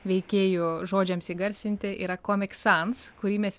veikėjų žodžiams įgarsinti yra komik sans kurį mes